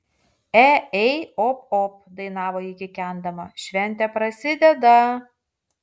e ei op op dainavo ji kikendama šventė prasideda